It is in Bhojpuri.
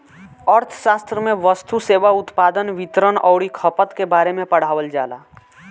अर्थशास्त्र में वस्तु, सेवा, उत्पादन, वितरण अउरी खपत के बारे में पढ़ावल जाला